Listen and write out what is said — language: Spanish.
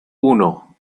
uno